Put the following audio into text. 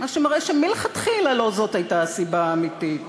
מה שמראה שמלכתחילה לא זאת הייתה הסיבה האמיתית.